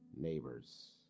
neighbors